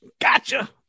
Gotcha